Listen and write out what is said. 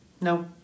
No